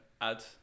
add